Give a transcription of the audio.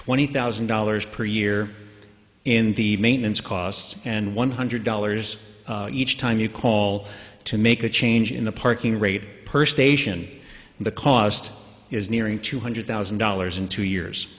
twenty thousand dollars per year in the maintenance costs and one hundred dollars each time you call to make a change in the parking rate per station the cost is nearing two hundred thousand dollars in two years